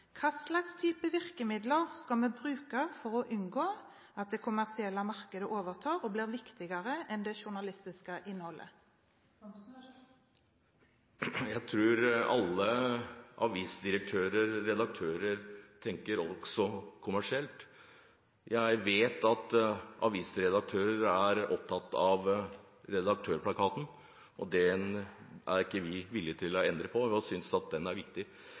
Hva slags virkemidler skal vi bruke for å unngå at det kommersielle markedet overtar og blir viktigere enn det journalistiske innholdet? Jeg tror alle avisdirektører og redaktører også tenker kommersielt. Jeg vet at avisredaktører er opptatt av Redaktørplakaten. Den er ikke vi villig til å endre på, vi synes at den er viktig.